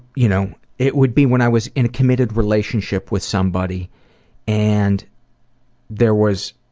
you know, it would be when i was in a committed relationship with somebody and there was,